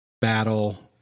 battle